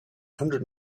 hundred